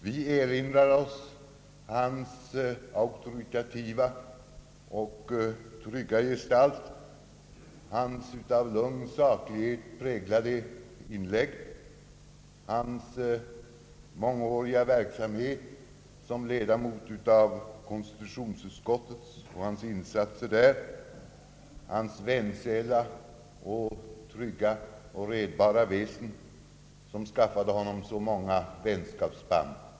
Vi erinrar oss hans auktoritativa och trygga gestalt, hans utav lugn saklighet präglade inlägg, hans mångåriga verksamhet som ledamot av konstitutionsutskottet och hans insatser där samt hans vänsälla, trygga och redbara väsen som skaffade honom så många vänskapsband.